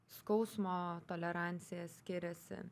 skausmo tolerancija skiriasi